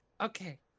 Okay